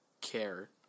care